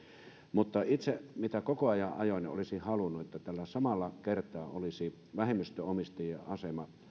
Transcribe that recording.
mutta itse koko ajan ajoin ja olisin halunnut sitä että tällä samalla kertaa olisi vähemmistöomistajien asema